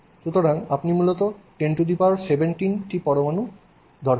সুতরাং আপনার মূলত 1017 টি পরমাণু দরকার